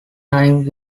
time